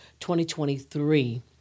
2023